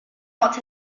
not